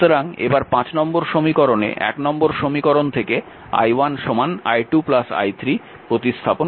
সুতরাং এবার নম্বর সমীকরণে নম্বর সমীকরণ থেকে i1 i2 i3 প্রতিস্থাপন করব